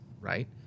right